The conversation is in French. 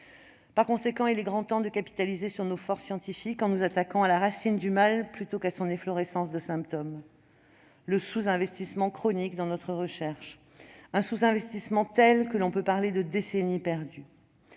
Par conséquent, il est grand temps de capitaliser sur nos forces scientifiques, en nous attaquant à la racine du mal plutôt qu'à l'efflorescence de ses symptômes. Le sous-investissement chronique dans notre recherche est tel que l'on peut parler d'une décennie perdue.